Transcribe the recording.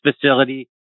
facility